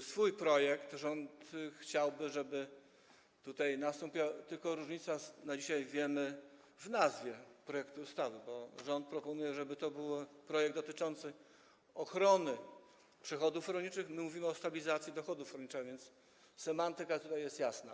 swój projekt, rząd chciałby, żeby była tylko różnica, na dzisiaj to wiemy, w nazwie projektu ustawy, bo rząd proponuje, żeby to był projekt dotyczący ochrony przychodów rolniczych, my mówimy o stabilizacji dochodów rolniczych, a więc semantyka jest jasna.